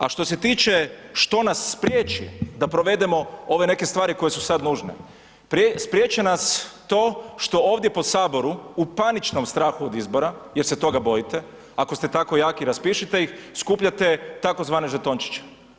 A što se tiče što nas spriječi da provedemo ove neke stvari koje su sad nužne, spriječe nas to što ovdje po saboru u paničnom strahu od izbora, jer se toga bojite, ako ste tako jaki raspišite ih, skupljate tzv. žetončiće.